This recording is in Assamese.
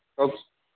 কওক